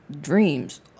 dreams